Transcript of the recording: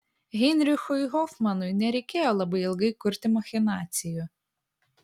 heinrichui hofmanui nereikėjo labai ilgai kurti machinacijų